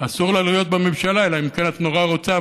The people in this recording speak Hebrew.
אסור לך להיות בממשלה אלא אם כן את נורא רוצה,